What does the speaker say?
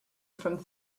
from